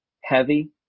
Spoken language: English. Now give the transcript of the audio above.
heavy